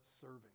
serving